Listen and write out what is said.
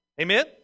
Amen